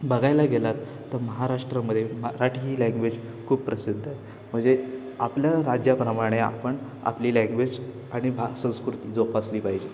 बघायला गेलात तर महाराष्ट्रामध्ये मराठी ही लँग्वेज खूप प्रसिद्ध आहे म्हणजे आपल्या राज्याप्रमाणे आपण आपली लँग्वेज आणि भा संस्कृती जोपासली पाहिजे